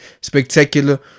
spectacular